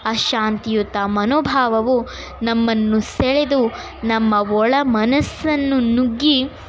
ಆ ಶಾಂತಿಯುತ ಮನೋಭಾವವು ನಮ್ಮನ್ನು ಸೆಳೆದು ನಮ್ಮ ಒಳ ಮನಸ್ಸನ್ನು ನುಗ್ಗಿ